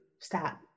stop